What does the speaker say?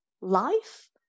life